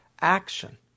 action